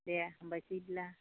दे हामबायसै बिदिब्ला